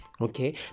Okay